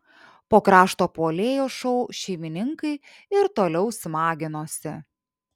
po krašto puolėjo šou šeimininkai ir toliau smaginosi